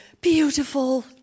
Beautiful